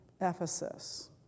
Ephesus